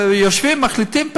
יושבים מחליטים,